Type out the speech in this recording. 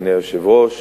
אדוני היושב-ראש,